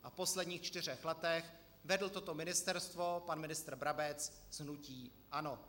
A v posledních čtyřech letech vedl toto ministerstvo pan ministr Brabec z hnutí ANO.